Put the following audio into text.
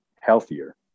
healthier